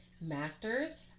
master's